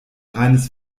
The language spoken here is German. reines